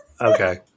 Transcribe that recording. Okay